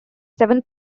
seven